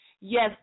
Yes